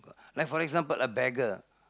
like for example a beggar